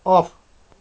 of